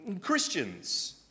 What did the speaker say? Christians